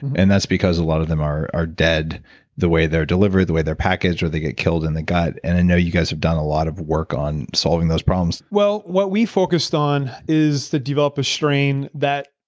and that's because a lot of them are are dead the way they're delivered, the way they're packaged, or they get killed in the gut and i know you guys have done a lot of work on solving those problems well, what we focused on is to develop a strain that.